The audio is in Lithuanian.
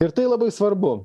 ir tai labai svarbu